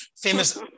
famous